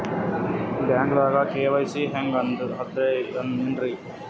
ಬ್ಯಾಂಕ್ದಾಗ ಕೆ.ವೈ.ಸಿ ಹಂಗ್ ಅಂದ್ರೆ ಏನ್ರೀ?